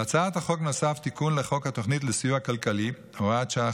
להצעת החוק נוסף תיקון לחוק התוכנית לסיוע כלכלי (הוראת שעה,